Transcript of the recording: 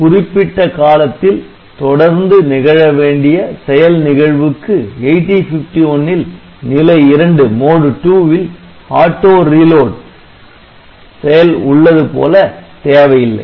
குறிப்பிட்ட காலத்தில் தொடர்ந்து நிகழ வேண்டிய செயல் நிகழ்வுக்கு 8051 ல் நிலை 2 ல் ஆட்டோ ரீலோடு செயல் உள்ளதுபோல தேவை இல்லை